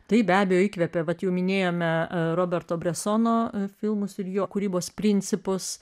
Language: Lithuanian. taip be abejo įkvėpė vat jau minėjome roberto bresono filmus ir jo kūrybos principus